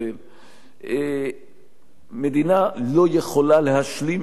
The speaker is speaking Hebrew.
מדינה לא יכולה להשלים עם מציאות כזאת.